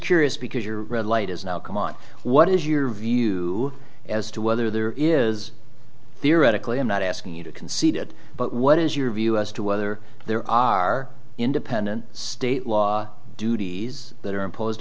curious because your red light has now come on what is your view as to whether there is theoretically i'm not asking you to concede it but what is your view as to whether there are independent state law duties that are imposed